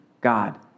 God